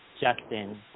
Justin